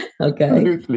Okay